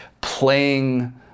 playing